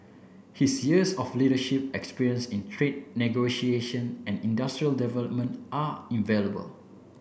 his years of leadership experience in trade negotiation and industrial development are invaluable